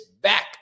back